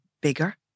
bigger